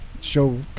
show